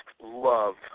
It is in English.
love